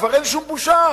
כבר אין שום בושה: